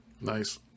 Nice